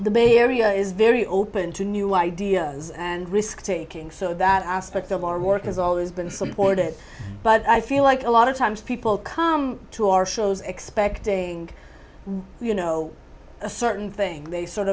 the bay area is very open to new ideas and risk taking so that aspect of our work has always been supported but i feel like a lot of times people come to our shows expecting you know a certain thing they sort